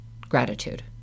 gratitude